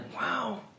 Wow